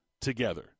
together